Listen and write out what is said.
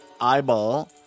eyeball